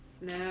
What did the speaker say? No